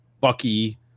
Bucky